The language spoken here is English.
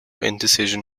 indecision